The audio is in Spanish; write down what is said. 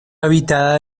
habitada